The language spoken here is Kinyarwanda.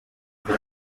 kuko